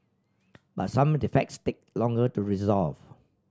but some defects take longer to resolve